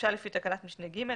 לפי תקנת משנה (ג),